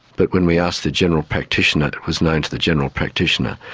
but when we asked the general practitioner, it was known to the general practitioner.